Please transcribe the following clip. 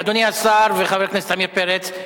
אדוני השר וחבר הכנסת עמיר פרץ,